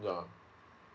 yeah